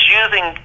using